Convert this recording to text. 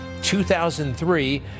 2003